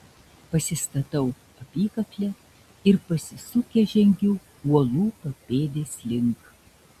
pasistatau apykaklę ir pasisukęs žengiu uolų papėdės link